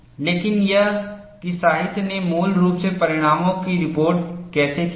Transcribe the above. लेकिन यह कि साहित्य ने मूल रूप से परिणामों की रिपोर्ट कैसे की है